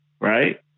Right